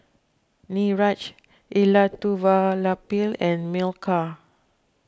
Niraj Elattuvalapil and Milkha